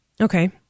Okay